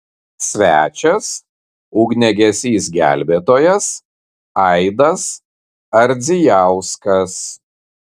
svečias ugniagesys gelbėtojas aidas ardzijauskas